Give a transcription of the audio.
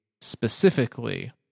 specifically